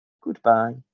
goodbye